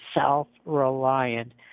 self-reliant